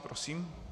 Prosím.